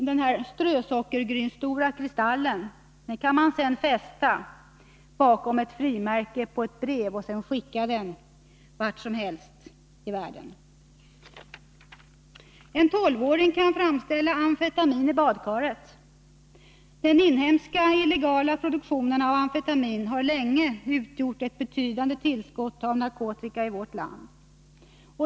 Denna strösockergrynsstora kristall kan t.ex. fästas bakom ett frimärke på ett brev och skickas vart som helst i världen. En tolvåring kan framställa amfetamin i badkaret. Den inhemska illegala produktionen av amfetamin har länge utgjort ett betydande tillskott av narkotika i vårt land.